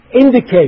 indicate